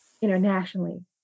internationally